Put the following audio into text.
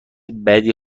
بدی